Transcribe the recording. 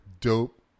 dope